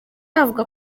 avuga